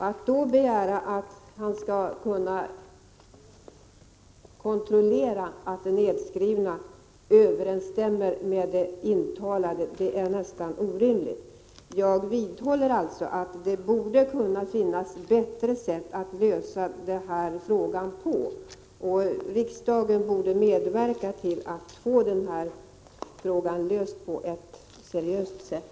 Att då begära att han skall kunna utföra den här kontrollen är nästan orimligt. Jag vidhåller att frågan borde kunna lösas på ett bättre sätt. Riksdagen borde medverka till att den blir löst på ett seriöst sätt.